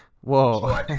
whoa